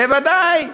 בוודאי,